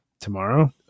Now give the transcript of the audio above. Tomorrow